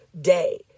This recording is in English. day